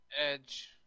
edge